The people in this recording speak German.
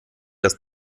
das